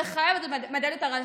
זה חייב להיות מהדלת הראשית.